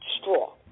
Straw